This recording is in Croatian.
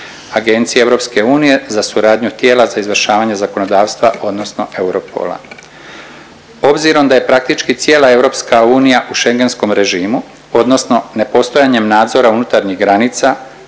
Agencija EU za suradnju tijela za izvršavanje zakonodavstva odnosno Europola. Obzirom da je praktički cijela EU u schengentskom režimu odnosno ne postojanjem nadzora unutarnjih granica